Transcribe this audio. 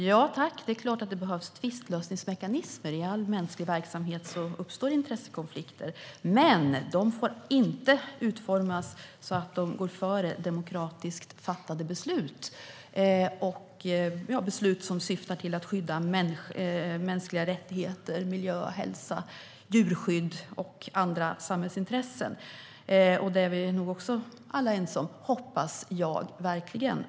Herr talman! Det är klart att det behövs tvistlösningsmekanismer. I alla mänsklig verksamhet uppstår ju intressekonflikter. Men de får inte utformas så att de går före demokratiskt fattade beslut och beslut som syftar till att skydda mänskliga rättigheter, miljö och hälsa, djurskydd och andra samhällsintressen. Det är vi nog alla ense om - hoppas jag verkligen.